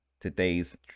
today's